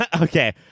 Okay